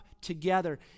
together—